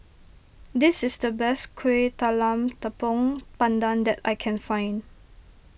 this is the best Kuih Talam Tepong Pandan that I can find